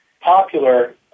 popular